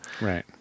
Right